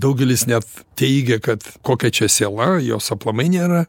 daugelis net teigia kad kokia čia siela jos aplamai nėra